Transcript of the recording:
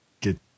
get